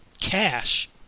cash